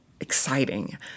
exciting